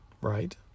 Right